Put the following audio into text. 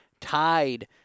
Tied